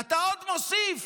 ואתה עוד מוסיף